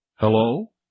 Hello